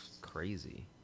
crazy